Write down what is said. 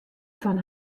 fan